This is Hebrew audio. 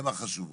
הן החשובות.